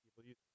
people